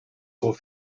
voor